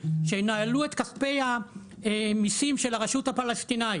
שינהלו את כספי המיסים של הרשות הפלסטינית,